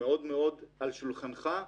מאוד מאוד על שולחנך,